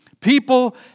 People